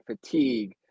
fatigue